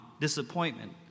disappointment